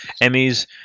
emmys